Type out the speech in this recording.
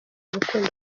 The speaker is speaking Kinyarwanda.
urukundo